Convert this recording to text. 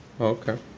okay